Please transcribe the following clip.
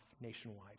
nationwide